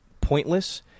pointless –